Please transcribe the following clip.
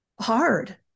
hard